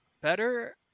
better